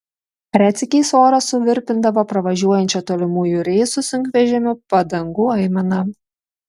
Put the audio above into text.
retsykiais orą suvirpindavo pravažiuojančio tolimųjų reisų sunkvežimio padangų aimana